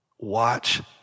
Watch